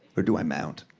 or do i mount?